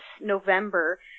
November